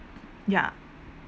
ya